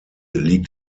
liegt